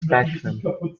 spectrum